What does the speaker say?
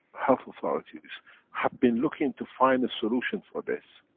health authorities have been looking to find a solution for this.